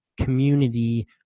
community